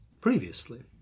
Previously